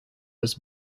was